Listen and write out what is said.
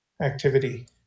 activity